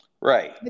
Right